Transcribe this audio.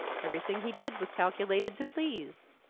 everything he did was calculated to please.